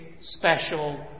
special